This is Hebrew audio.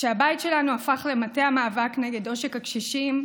כשהבית שלנו הפך למטה המאבק נגד עושק הקשישים,